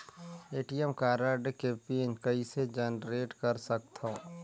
ATM card के pin कइसे generate कर सकथव?